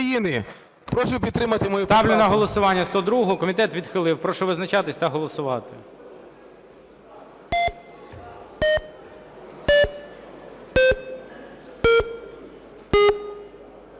Ставлю на голосування 102-у. Комітет відхилив. Прошу визначатися та голосувати.